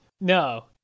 No